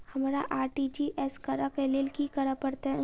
हमरा आर.टी.जी.एस करऽ केँ लेल की करऽ पड़तै?